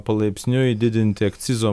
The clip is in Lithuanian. palaipsniui didinti akcizo